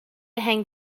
hang